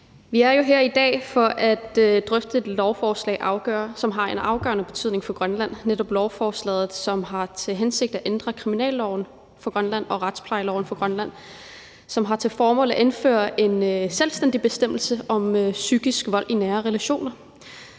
Vi er jo her i dag for at drøfte et lovforslag, som har en afgørende betydning for Grønland. Det er netop lovforslaget, som har til hensigt at ændre kriminalloven for Grønland og retsplejeloven for Grønland. Det har til formål at indføre en selvstændig bestemmelse om psykisk vold i nære relationer.